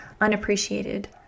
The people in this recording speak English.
unappreciated